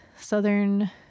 Southern